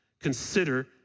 Consider